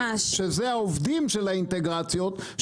שזה העובדים של האינטגרציות,